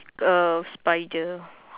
uh spider